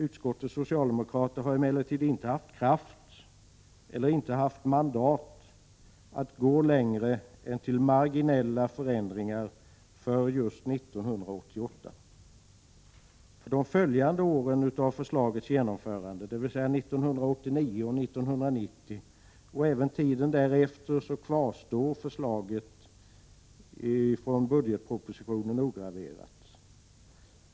Utskottets socialdemokrater har emellertid inte haft kraft — eller mandat — att gå längre än till marginella förändringar för just 1988. För de följande åren av förslagets genomförande, dvs. 1989 och 1990 och även tiden därefter, kvarstår förslaget i budgetpropositionen ograverat.